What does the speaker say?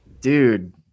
Dude